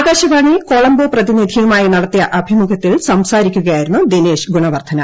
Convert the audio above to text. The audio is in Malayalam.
ആകാശവാണി കൊളംബോ പ്രതിനിധിയുമായി നടത്തിയ അഭിമുഖത്തിൽ സംസാരിക്കുകയായിരുന്നു ദിനേഷ് ഗുണവർധന